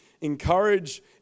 Encourage